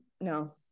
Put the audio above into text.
No